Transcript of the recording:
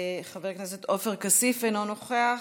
חבר הכנסת עופר כסיף, אינו נוכח.